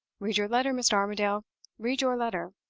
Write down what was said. read your letter, mr. armadale read your letter.